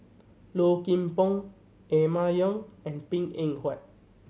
Low Kim Pong Emma Yong and Png Eng Huat